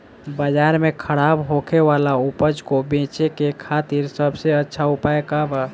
बाजार में खराब होखे वाला उपज को बेचे के खातिर सबसे अच्छा उपाय का बा?